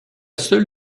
seule